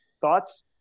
Thoughts